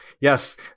yes